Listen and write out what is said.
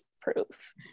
proof